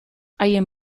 haien